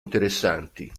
interessanti